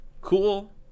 cool